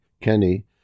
Kenny